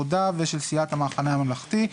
של סיעת העבודה ושל סיעת המחנה הממלכתי.